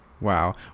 Wow